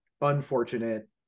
unfortunate